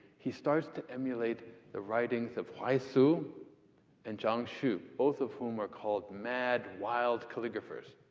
he starts to emulate the writings of huai su and zhang xu, both of whom are called mad, wild calligraphers.